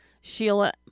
Sheila